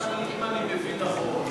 אם אני מבין נכון,